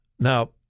Now